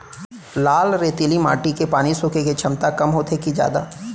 लाल रेतीली माटी के पानी सोखे के क्षमता कम होथे की जादा?